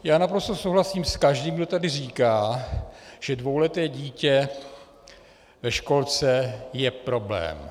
Já naprosto souhlasím s každým, kdo tady říká, že dvouleté dítě ve školce je problém.